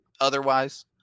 otherwise